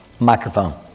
microphone